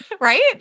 Right